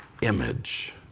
image